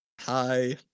Hi